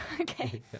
Okay